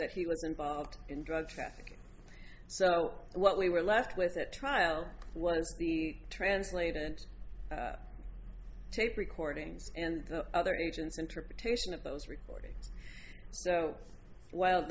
that he was involved in drug trafficking so what we were left with at trial was the translated tape recordings and other agents interpretation of those recordings so w